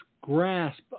grasp